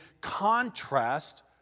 contrast